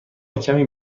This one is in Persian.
کمی